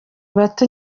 bato